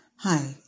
Hi